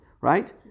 Right